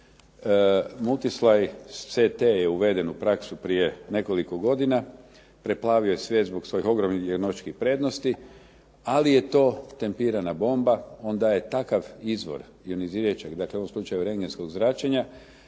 Multislice CT je uveden u praksu prije nekoliko godina. Preplavio je svijet zbog svojih ogromnih ionočkih prednosti, ali je to tempirana bomba. Onda je takav izvor ionizirajućeg u ovom slučaj rendgenskog zračenja